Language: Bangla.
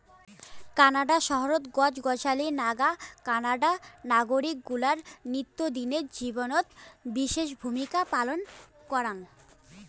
কানাডা শহরত গছ গছালি নাগা কানাডার নাগরিক গুলার নিত্যদিনের জীবনত বিশেষ ভূমিকা পালন কারাং